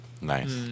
Nice